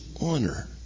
honor